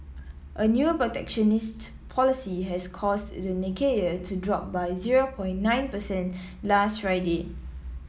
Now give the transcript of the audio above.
a new protectionist policy has caused the Nikkei to drop by zero from nine percent last Friday